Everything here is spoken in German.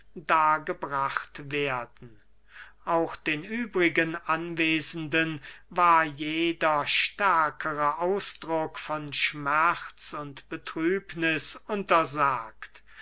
dargebracht werden auch den übrigen anwesenden war jeder stärkere ausdruck von schmerz und betrübniß untersagt